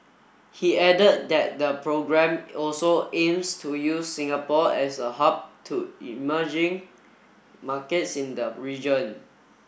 he added that the programme also aims to use Singapore as a hub to emerging markets in the region